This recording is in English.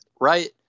right